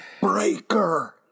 Breaker